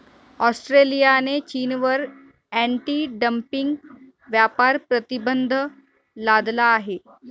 ऑस्ट्रेलियाने चीनवर anti dumping व्यापार प्रतिबंध लादला आहे